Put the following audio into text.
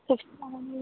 vaccine लानानै